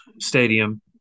Stadium